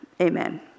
Amen